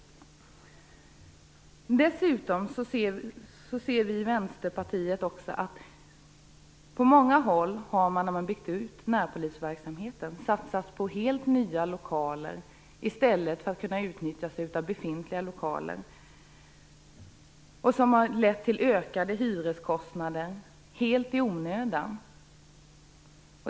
På många håll har man när man har byggt ut närpolisverksamheten satsat på helt nya lokaler i stället för att använda sig av befintliga lokaler. Detta har lett till ökade hyreskostnader helt i onödan.